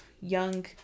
young